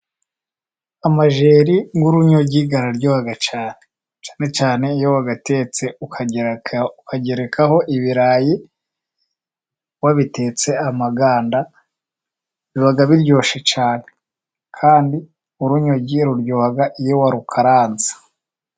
Amajeri'uruyogi araryo cyane. Cyane iyo wayatetse ukagerekaho ibirayi wabitetse amaganda biba biryoshye cyane. Kandi uruyogi ruraryoha iyo warukaranze.